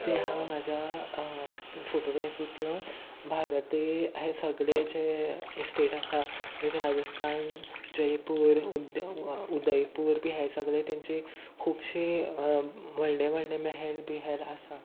तें हांव म्हाज्या फोटोग्रेफीतलो भारती हे सगळे जे स्टेट आसा एक राजस्थान जयपूर उद उदयपूर बी हे सगळे तेंची खुबशी व्हडले व्हडले मेहेल बिहेल आसा